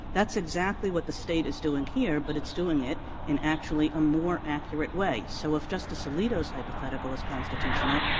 that's exactly what the state is doing here, but it's doing it in actually a more accurate way. so if justice alito's hypothetical is constitutional,